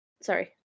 Sorry